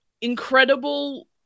incredible